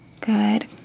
Good